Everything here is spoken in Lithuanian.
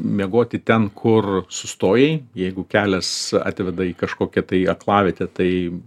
miegoti ten kur sustojai jeigu kelias atveda į kažkokią tai aklavietę tai